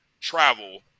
travel